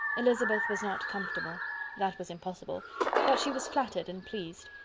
elizabeth was not comfortable that was impossible but she was flattered and pleased.